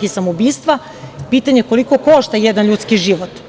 i samoubistva, i pitanje je koliko košta jedan ljudski život.